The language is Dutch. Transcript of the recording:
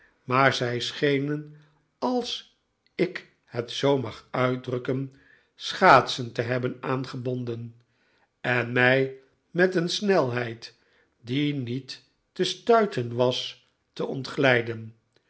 maar zij schenen als ik het zoo mag uitdrukken schaatsen te hebben aangebonden en mij met een snelheid die niet te stuiten was te ontglijden